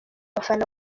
abafana